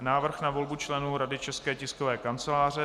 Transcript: Návrh na volbu členů Rady České tiskové kanceláře /2/